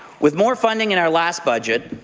with more funding in our last budget,